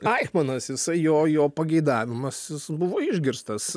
aichmanas jisai jo jo pageidavimas buvo išgirstas